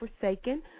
Forsaken